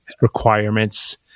requirements